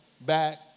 back